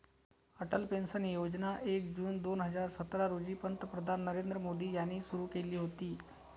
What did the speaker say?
Atal pension योजना एक जून दोन हजार सतरा रोजी पंतप्रधान नरेंद्र मोदी यांनी सुरू केली होती